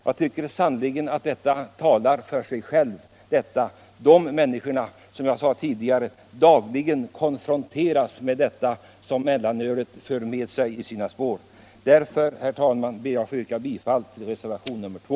Jag tycker sannerligen att detta brev talar för sig självt — detta brev från människor som dagligen konfronteras med vad som följer i mellanölets spår. Därför, herr talman, ber jag att få yrka bifall till reservationen 2.